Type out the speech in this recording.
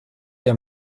der